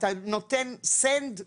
אתה נותן send,